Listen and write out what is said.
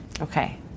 Okay